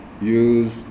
use